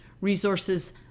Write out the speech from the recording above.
resources